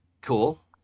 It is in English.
cool